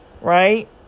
Right